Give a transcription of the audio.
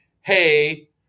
hey